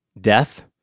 death